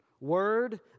Word